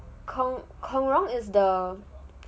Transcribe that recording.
孔融 is the